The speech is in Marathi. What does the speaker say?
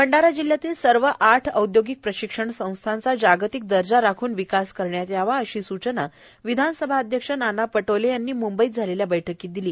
भंडारा जिल्ह्यातील सर्व आठ औद्योगिक प्रशिक्षण संस्थांचा जागतिक दर्जा राखून विकास करण्यात यावा अशी सूचना विधानसभा अध्यक्ष नाना पटोले यांनी मुंबईत झालेल्या बैठकीत दिली